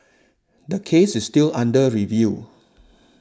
the case is still under review